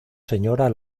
señora